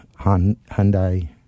Hyundai